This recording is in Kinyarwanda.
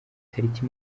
tariki